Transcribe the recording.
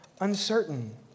uncertain